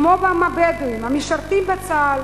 כמו גם הבדואים, המשרתים בצה"ל